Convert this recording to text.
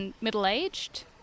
middle-aged